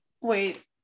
wait